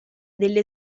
delle